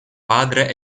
padre